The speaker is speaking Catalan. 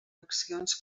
accions